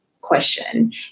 question